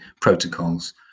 protocols